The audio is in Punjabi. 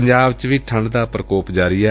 ਪੰਜਾਬ ਚ ਵੀ ਠੰਢ ਦਾ ਪਰਕੋਪ ਜਾਰੀ ਏ